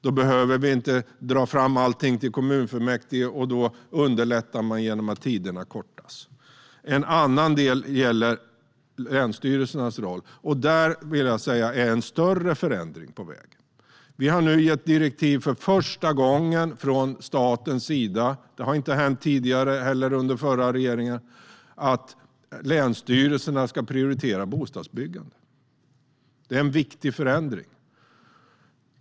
Då behöver man inte dra fram allting till kommunfullmäktige, och då underlättar man genom att tiderna kortas. En annan del gäller länsstyrelsernas roll. Där vill jag säga att en större förändring är på väg. Vi har nu för första gången gett direktiv från statens sida. Det har inte hänt tidigare, inte heller under den förra regeringen, att man har gett direktiv om att länsstyrelserna ska prioritera bostadsbyggandet. Det är en viktig förändring.